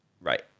right